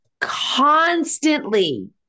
constantly